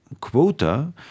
quota